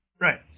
Right